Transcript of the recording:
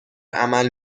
عمل